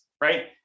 right